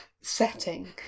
setting